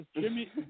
Jimmy